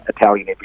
Italian